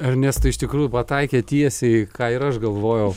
ernesta iš tikrųjų pataikė tiesiai ką ir aš galvojau